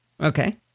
Okay